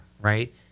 right